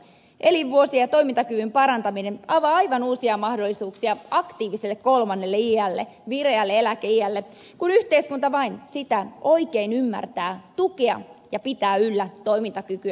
elinvuosien ja toimintakyvyn parantaminen avaa aivan uusia mahdollisuuksia aktiiviselle kolmannelle iälle vireälle eläkeiälle kun yhteiskunta vain sitä oikein ymmärtää tukea ja pitää yllä toimintakykyä mahdollisimman pitkään